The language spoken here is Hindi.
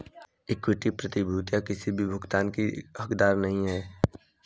इक्विटी प्रतिभूतियां किसी भी भुगतान की हकदार नहीं हैं